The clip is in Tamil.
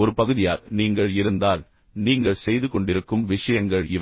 ஒரு பகுதியாக நீங்கள் இருந்தால் இருந்தால் நீங்கள் செய்துகொண்டிருக்கும் விஷயங்கள் இவை